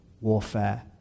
warfare